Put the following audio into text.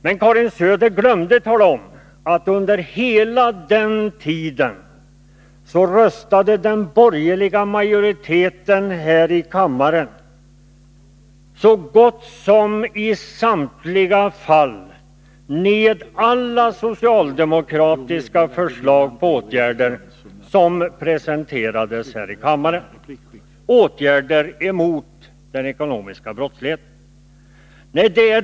Men Karin Söder glömde tala om att den borgerliga majoriteten här i kammaren under hela den tiden så gott som i samtliga fall röstade ned alla de socialdemokratiska förslag som presenterades här i kammaren om åtgärder mot den ekonomiska brottsligheten.